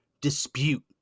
dispute